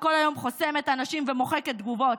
שכל היום חוסמת אנשים ומוחקת תגובות.